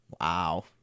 Wow